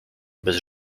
bez